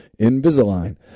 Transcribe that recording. Invisalign